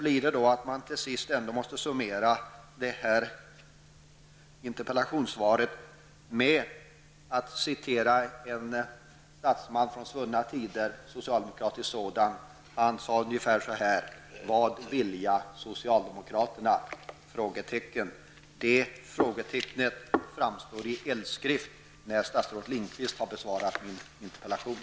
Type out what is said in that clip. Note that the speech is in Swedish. Låt mig slutligen summera detta interpellationssvar genom att citera en statsman från svunna tider, en socialdemokratisk sådan. Vid ett tillfälle sade han ungefär så här: Vad vilja socialdemokraterna? Detta frågetecken framstår i eldskrift när statsrådet Bengt Lindqvist har besvarat min interpellation.